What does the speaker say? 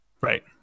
right